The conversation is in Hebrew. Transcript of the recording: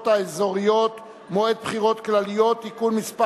האזוריות (מועד בחירות כלליות) (תיקון מס'